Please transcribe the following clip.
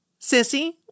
Sissy